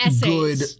good